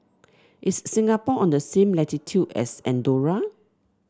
is Singapore on the same latitude as Andorra